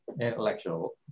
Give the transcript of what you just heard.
intellectual